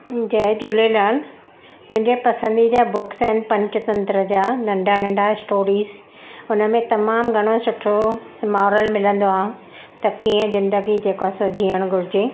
जय झूलेलाल मुंहिंजा पसंदीदा बुक्स आहिनि पंचतंत्र जा नंढा नंढा स्टोरीस उनमें तमामु घणो सुठो स्मारल मिलंदो आहे त कीअं ज़िंदगी जेको आहे सो जीअणु घुरिजे